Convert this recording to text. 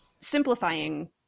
simplifying